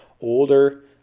older